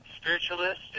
spiritualist